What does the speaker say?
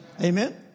Amen